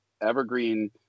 evergreen